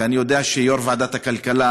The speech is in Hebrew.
ואני יודע שיושב-ראש ועדת הכלכלה,